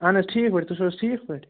اہَن حظ ٹھیٖک پٲٹھۍ تُہۍ چھُوا حظ ٹھیٖک پٲٹھۍ